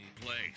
place